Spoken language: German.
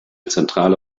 zentrale